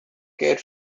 care